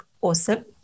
awesome